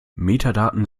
metadaten